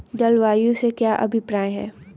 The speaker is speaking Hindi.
जलवायु से क्या अभिप्राय है?